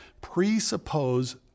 presuppose